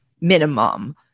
minimum